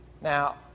Now